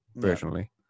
personally